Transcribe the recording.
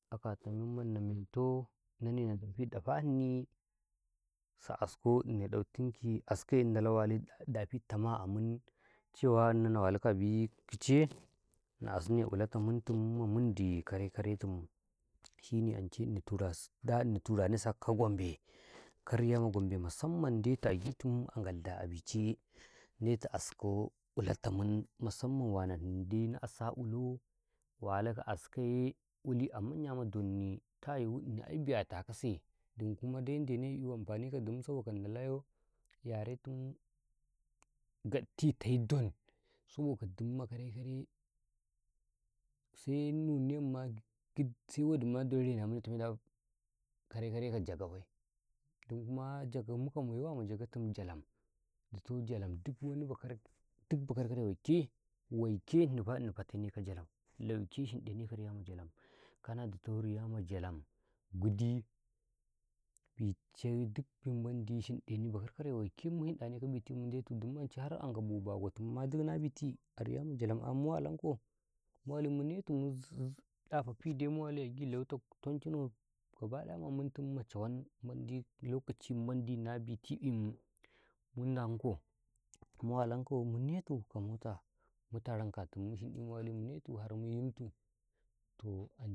﻿A katoh memmandi na mentoh enuwne na ɗafi ɗafani saa asko askaye ndalaw wali dafa tamamun cewa inaw na walikaw abiye kiceye na asne ulata muntum mamindin karai-karaitum shine ance da turas daini turanesakaw ka Gambe ka riyama Gambe masamman ndetu agitim a Ngalda abiche ndetu asko ulatamum masamman wanani dai na asa ulo walikaw askaye uli a manya ma donni ndalaba ini ai biya takasai dimkum dai ndenekaw ee amfani kadim saboka ndelaw yaretum gatti taidon saboka dimma karai-karai se timetum gidima, se wadima da karai-karai ka jagaubai dimma jagau muka maiwama jagatin Jalam ditoh Jalam dik bakarkare waike waikeni fa ini fatenekaw ka Jalam lauke shinɗenekaw ka riyama Jalam kana ditoh riyama Jalam gidi biche dite bimandi shinɗenekaw bakarkare waike mu yinɗenekaw ka biti mu ndetu dim ance har ankaw boh bagwatinma dikna biti a rigama Jalam 'yam mu walankaw mu wali agi munetu muɗafafidai dai mu wali agi layitoh tonchino gabadaya mumtumma chawan mandi muntum machawan nabitiyim u ndekaw mu wali mu netu ka moto mu gamutankatinye mu shinɗi mu wali harmu netu muyintu toh.